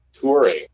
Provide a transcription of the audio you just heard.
touring